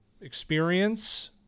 experience